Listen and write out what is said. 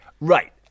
Right